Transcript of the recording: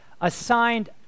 assigned